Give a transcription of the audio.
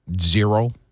Zero